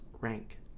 rank